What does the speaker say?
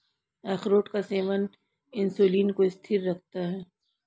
अखरोट का सेवन इंसुलिन को स्थिर रखता है